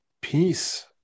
peace